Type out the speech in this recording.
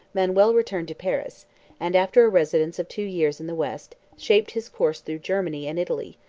manuel returned to paris and, after a residence of two years in the west, shaped his course through germany and italy,